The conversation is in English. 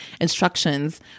instructions